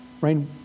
Rain